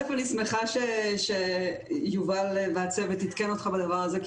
אני שמחה שיובל והצוות עדכנו אותך בזה כי